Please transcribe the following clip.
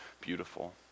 beautiful